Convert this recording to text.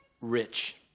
rich